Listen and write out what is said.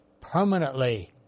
permanently